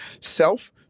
self